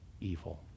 evil